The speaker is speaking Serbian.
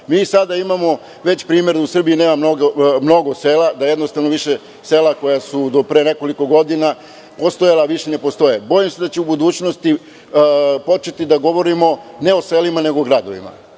Mi sada imamo već primer da u Srbiji nema mnogo sela, da jednostavno više sela koja su do pre nekoliko godina postojala, više ne postoje. Bojim se da će u budućnosti početi da govorimo ne o selima, nego o gradovima.